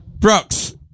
Brooks